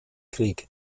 krieg